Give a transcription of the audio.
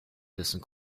dessen